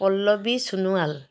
Pallavi Sonowal